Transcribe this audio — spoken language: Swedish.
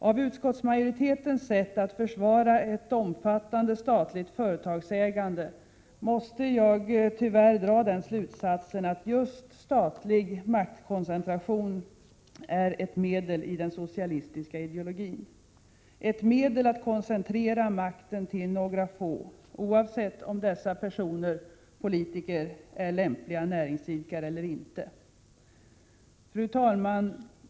Av utskottsmajoritetens sätt att försvara ett omfattande statligt företagsägande måste jag tyvärr dra den slutsatsen att just statlig maktkoncentration är ett medel i den socialistiska ideologin, ett medel att koncentrera makten till några få — oavsett om dessa personer/politiker är lämpliga näringsidkare eller inte. Fru talman!